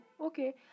okay